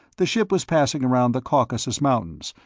the ship was passing around the caucasus mountains,